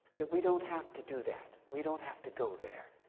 that we don't have to do that. we don't have to go there